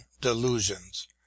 delusions